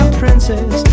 princess